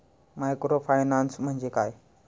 Microfinance म्हणजे काय?